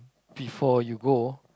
before you go